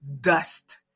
Dust